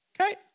okay